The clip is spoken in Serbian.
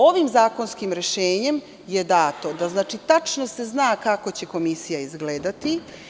Ovim zakonskim rešenjem je dato da se tačno zna kako će komisija izgledati.